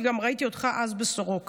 כי גם ראיתי אותך אז בסורוקה,